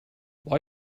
why